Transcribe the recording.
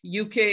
UK